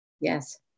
Yes